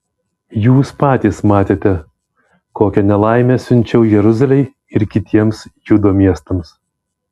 jūs patys matėte kokią nelaimę siunčiau jeruzalei ir kitiems judo miestams